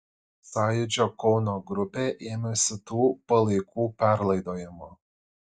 sąjūdžio kauno grupė ėmėsi tų palaikų perlaidojimo